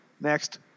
next